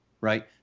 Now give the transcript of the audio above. right